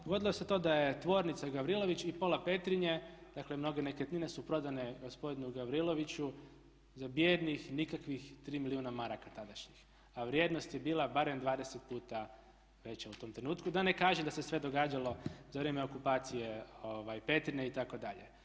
Dogodilo se to da je tvornica Gavrilović i pola Petrinje, dakle mnoge nekretnine su prodane gospodinu Gavriloviću za bijednih nikakvih 3 milijuna maraka tadašnjih, a vrijednost je bila barem 20 puta veća u tom trenutku, da ne kažem da se sve događalo za vrijeme okupacije Petrinje itd.